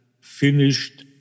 finished